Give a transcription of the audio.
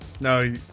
No